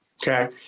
Okay